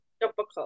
difficult